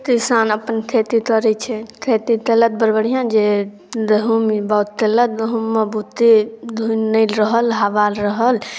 किसान अपन खेती करै छै खेती केलक बड़ बढ़िआँ जे गहूम बाउग केलक गहूममे बहुते धुनि नहि रहल हवा रहल